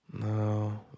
No